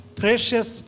precious